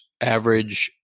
average